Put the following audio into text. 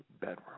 bedroom